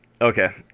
Okay